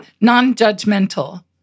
Non-judgmental